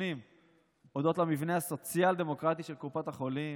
בחיסונים הודות למבנה הסוציאל-דמוקרטי של קופות החולים,